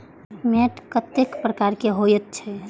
मैंट कतेक प्रकार के होयत छै?